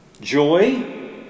Joy